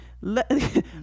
let